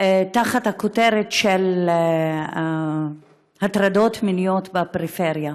תחת הכותרת הטרדות מיניות בפריפריה.